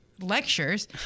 lectures